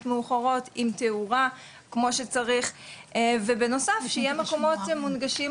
מאוחרות עם תאורה כמו שצריך ובנוסף שיהיה מקומות מונגשים